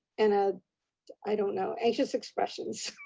and ah i don't know anxious expressions.